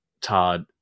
Todd